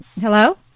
Hello